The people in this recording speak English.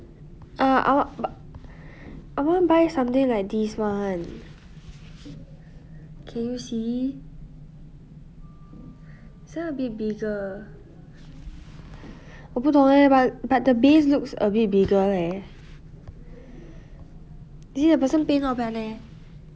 ah I wan~ b~ I want buy something like this [one] can you see this [one] a bit bigger 我不懂 eh but but the base looks a bit bigger eh eh the person 背 not bad leh